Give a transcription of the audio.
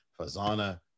fazana